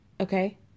Okay